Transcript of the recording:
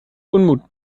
unmut